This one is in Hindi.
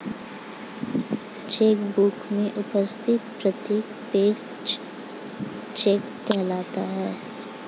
चेक बुक में उपस्थित प्रत्येक पेज चेक कहलाता है